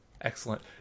Excellent